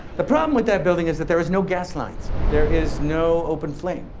the problem with that building is that there is no gas lines. there is no open flame.